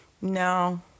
No